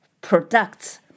products